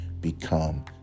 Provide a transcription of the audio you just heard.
become